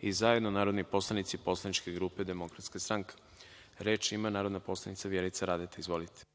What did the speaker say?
i zajedno narodni poslanici poslaničke grupe DS.Reč ima narodni poslanik Vjerica Radeta. Izvolite.